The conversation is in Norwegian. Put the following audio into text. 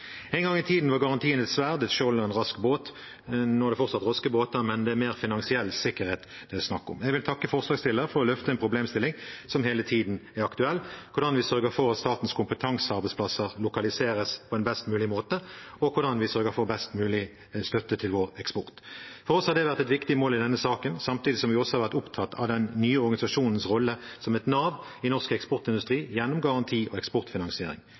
En gang i tiden var garantien et sverd, et skjold og en rask båt. Nå er det fortsatt raske båter, men det er mer finansiell sikkerhet det er snakk om. Jeg vil takke forslagsstillerne for å løfte en problemstilling som hele tiden er aktuell: hvordan vi sørger for at statens kompetansearbeidsplasser lokaliseres på en best mulig måte, og hvordan vi sørger for best mulig støtte til vår eksport. For oss har det vært et viktig mål i denne saken, samtidig som vi også har vært opptatt av den nye organisasjonens rolle som et nav i norsk eksportindustri, gjennom garanti og eksportfinansiering.